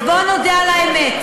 אז בוא נודה על האמת.